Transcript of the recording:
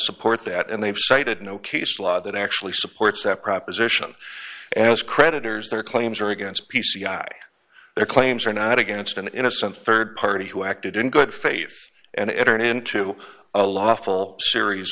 support that and they've cited no case law that actually supports that proposition as creditors their claims are against p c i their claims are not against an innocent rd party who acted in good faith and entered into a lawful series